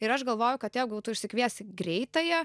ir aš galvoju kad jeigu tu išsikviesti greitąją